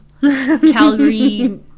calgary